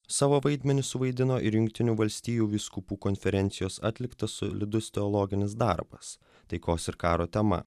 savo vaidmenį suvaidino ir jungtinių valstijų vyskupų konferencijos atliktas solidus teologinis darbas taikos ir karo tema